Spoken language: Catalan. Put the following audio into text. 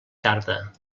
tarda